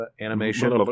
animation